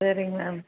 சரிங்க மேம்